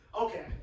Okay